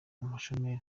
umushomeri